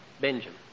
Benjamin